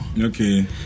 okay